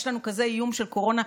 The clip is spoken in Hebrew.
יש לנו כזה איום של קורונה,